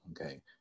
okay